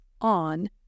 on